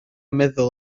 meddwl